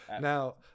Now